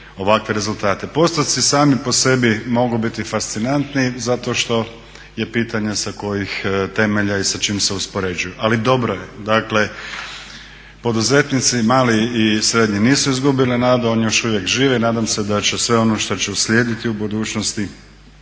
ovakve rezultate. Postotci sami po sebi mogu biti fascinantni zato što je pitanje sa kojih temelja i sa čim se uspoređuju. Ali dobro je, dakle poduzetnici mali i srednji nisu izgubili nadu, oni još uvijek žive i nadam se da će sve ono što će uslijediti u budućnosti